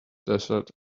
desert